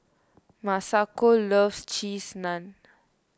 Masako loves Cheese Naan